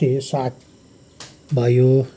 त्यो साग भयो